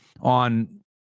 on